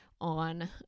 on